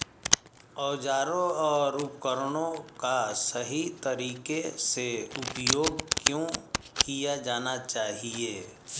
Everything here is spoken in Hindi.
औजारों और उपकरणों का सही तरीके से उपयोग क्यों किया जाना चाहिए?